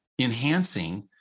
enhancing